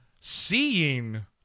seeing